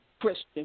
Christian